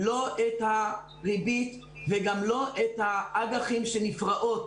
לא את הריבית וגם לא את האג"חים שנפרעות